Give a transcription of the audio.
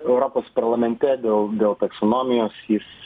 europos parlamente dėl dėl taksonomijos jis